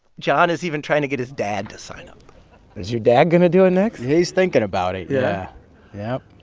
john is even trying to get his dad to sign up is your dad going to do it next? he's thinking about it, yeah yeah,